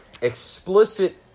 explicit